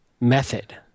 method